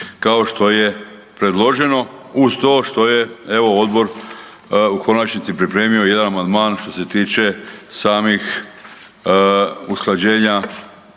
kao što je predloženo uz to što je odbor u konačnici pripremio jedan amandman što se tiče samih usklađenja